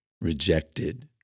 rejected